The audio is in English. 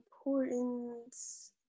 importance